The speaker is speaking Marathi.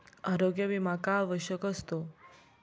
आरोग्य विमा का आवश्यक असतो?